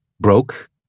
broke